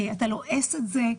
אתה לועס את זה.